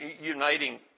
uniting